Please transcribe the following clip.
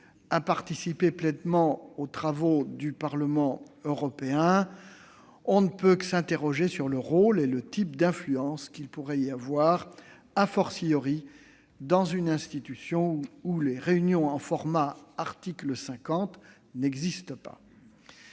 à participer pleinement aux travaux du Parlement européen, mais on ne peut que s'interroger sur le rôle et le type d'influence qu'ils pourraient y exercer, dans une institution où les réunions en « format article 50 » n'existent pas.